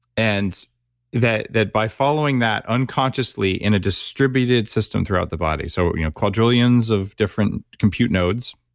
and that that by following that unconsciously in a distributed system throughout the body, so you know quadrillions of different compute nodes,